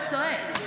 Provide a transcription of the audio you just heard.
למה אתה צועק?